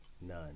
None